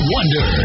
Wonder